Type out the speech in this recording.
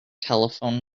telephone